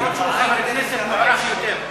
אף שהוא חבר כנסת מוערך יותר.